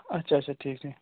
اچھا اچھا ٹھیٖک ٹھیٖک